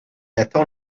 attend